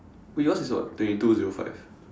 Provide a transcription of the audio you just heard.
wait yours is what twenty two zero five